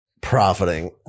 profiting